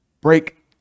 break